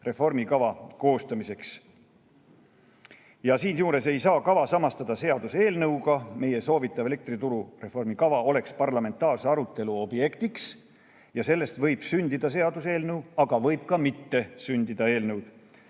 reformikava koostamiseks. Siinjuures ei saa kava samastada seaduseelnõuga. Meie soovitav elektrituru reformi kava oleks parlamentaarse arutelu objektiks ja sellest võib sündida seaduseelnõu, aga võib ka mitte sündida.